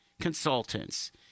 consultants